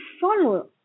follow